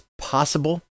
possible